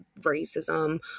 racism